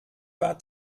war